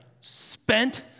spent